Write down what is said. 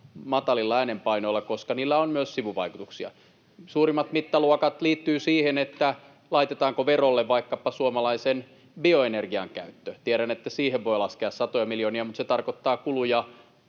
matalilla äänenpainoilla, koska niillä on myös sivuvaikutuksia. Suurimmat mittaluokat liittyvät siihen, laitetaanko verolle vaikkapa suomalaisen bioenergian käyttö. Tiedän, että siihen voi laskea satoja miljoonia, mutta se tarkoittaa kuluja